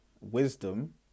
wisdom